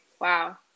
wow